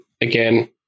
again